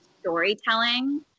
storytelling